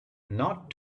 not